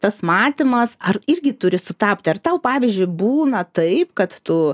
tas matymas ar irgi turi sutapti ar tau pavyzdžiui būna taip kad tu